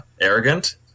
arrogant